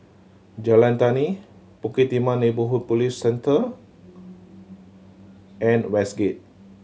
Jalan Tani Bukit Timah Neighbourhood Police Centre and Westgate